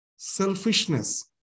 selfishness